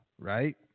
right